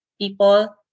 people